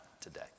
today